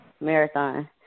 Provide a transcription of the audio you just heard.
Marathon